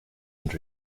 and